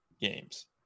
games